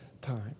time